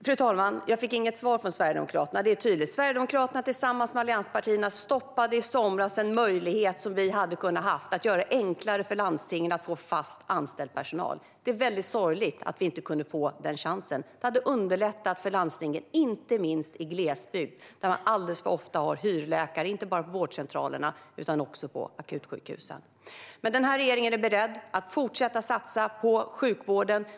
Fru talman! Jag fick inget svar från Sverigedemokraterna. Det är tydligt: Sverigedemokraterna tillsammans med allianspartierna stoppade i somras den möjlighet vi hade kunnat ha att göra det enklare för landstingen att få fast anställd personal. Det är väldigt sorgligt att vi inte kunde få den chansen. Det hade underlättat för landstingen inte minst i glesbygd, där man alldeles för ofta har hyrläkare inte bara på vårdcentralerna utan även på akutsjukhusen. Regeringen är beredd att fortsätta satsa på sjukvården.